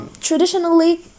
Traditionally